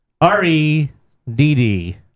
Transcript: r-e-d-d